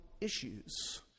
issues